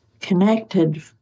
connected